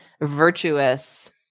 virtuous